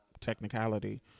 technicality